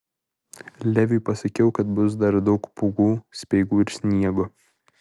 leviui pasakiau kad bus dar daug pūgų speigų ir sniego